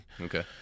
Okay